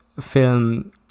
film